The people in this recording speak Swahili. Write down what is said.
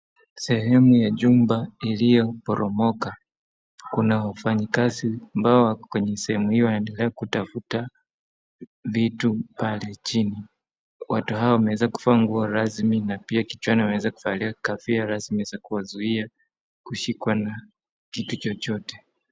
Sehemu ya jumba ilio poromoka, kuna wafanyakazi ambao wako kwenye sehemu hiyo wakiendelea kutafuta vitu pale chini. Watu hawa wameweza kuvaa nguo rasmi na pia kichwani wameweza kuvaa kaviala zinaweza kuwazuia kushikwa na kitu chochote.